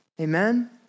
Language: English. Amen